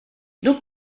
donc